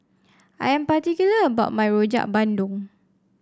I am particular about my Rojak Bandung